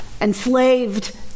enslaved